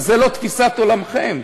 וזאת לא תפיסת עולמכם.